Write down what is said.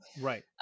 Right